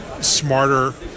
smarter